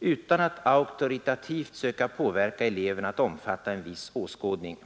utan att auktoritativt söka påverka eleverna att omfatta en viss åskådning.